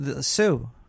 Sue